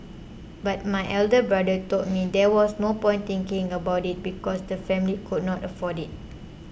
but my elder brother told me there was no point thinking about it because the family could not afford it